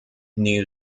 new